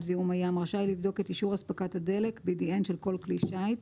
זיהום הים רשאי לבדוק את אישור אספקת הדלק (BDN) של כל כלי שיט,